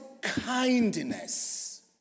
kindness